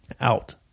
out